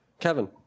Kevin